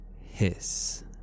hiss